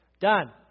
Done